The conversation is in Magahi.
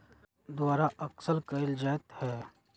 टैक्स अनदेखा बड़ा उद्यमियन के द्वारा अक्सर कइल जयते हई